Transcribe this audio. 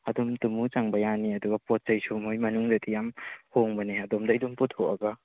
ꯑꯗꯨꯝ ꯇꯨꯝꯃꯨ ꯆꯪꯕ ꯌꯥꯅꯤ ꯑꯗꯨꯒ ꯄꯣꯠ ꯆꯩꯁꯨ ꯃꯣꯏ ꯃꯅꯨꯡꯗꯗꯤ ꯌꯥꯝ ꯍꯣꯡꯕꯅꯦ ꯑꯗꯣꯝꯗꯩ ꯑꯗꯨꯝ ꯄꯨꯊꯣꯛꯑꯒ